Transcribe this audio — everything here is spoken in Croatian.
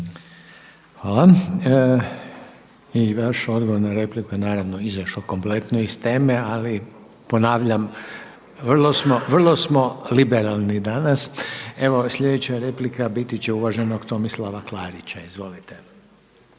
Hvala. I vaš odgovor na repliku naravno izašao kompletno iz teme, ali ponavljam vrlo smo liberalni danas. Evo sljedeća replika biti će uvaženog Tomislava Klarića. Izvolite.